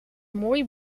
mooi